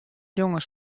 jonges